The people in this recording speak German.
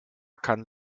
kann